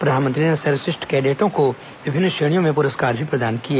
प्रधानमंत्री ने सर्वश्रेष्ठ कैडेटों को विभिन्न श्रेणियों में पुरस्कार भी प्रदान किए